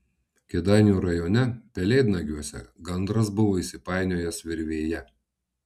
kėdainių rajone pelėdnagiuose gandras buvo įsipainiojęs virvėje